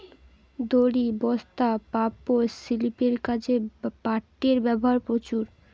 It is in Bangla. দড়ি, বস্তা, পাপোষ, শিল্পের কাজে পাটের ব্যবহার প্রচুর